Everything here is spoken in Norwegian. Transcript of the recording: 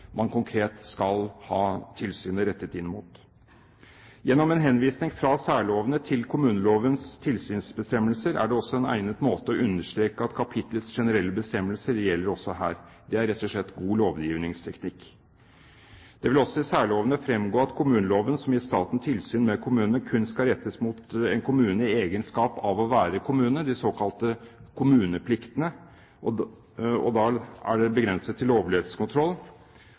man konkret skal ha tilsynet rettet inn mot. En henvisning fra særlovene til kommunelovens tilsynsbestemmelser er også en egnet måte å understreke at kapitlets generelle bestemmelser også gjelder her. Det er rett og slett god lovgivningsteknikk. Det vil også i særlovene fremgå at kommuneloven, som gir staten tilsyn med kommunene, kun skal rettes mot en kommune i egenskap av å være kommune, de såkalte kommunepliktene. Og da er det begrenset til lovlighetskontroll